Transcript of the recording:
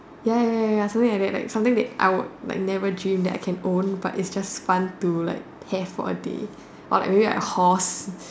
ya ya ya ya something like that like something that I would like never dream that I can own but it's just fun to like have for a day or like maybe a horse